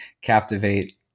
captivate